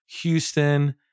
Houston